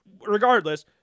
regardless